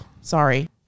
sorry